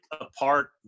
apart